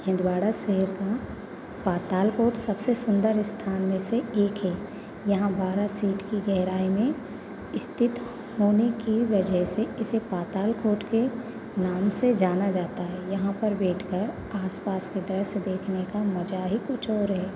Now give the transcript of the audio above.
छिंदवाड़ा शहर का पातालकोट सबसे सुंदर स्थान में से एक है यहाँ बारह फ़ीट की गहराई में स्थिति होने की वजह से इसे पातालकोट के नाम से जाना जाता है यहाँ पर बेठकर आस पास के दृश्य देखने का मजा ही कुछ और है